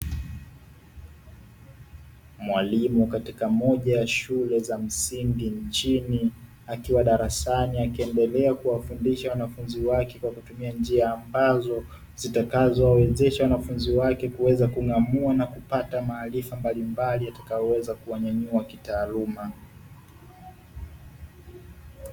Mwalimu katika moja ya shule za msingi nchini, akiwa darasani akiendelea kuwafundisha wanafunzi wake kwa kutumia njia ambazo zitakazowawezesha wanafunzi wake kuweza kung'amua na kupata maarifa mbalimbali yatakayoweza kuwanyanyua kitaaluma.